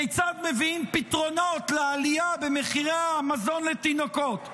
כיצד מביאים פתרונות לעלייה במחירי המזון לתינוקות.